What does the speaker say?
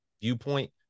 viewpoint